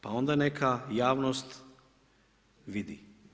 Pa onda neka javnost vidi.